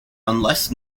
unless